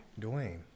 Dwayne